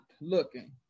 looking